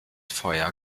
feuer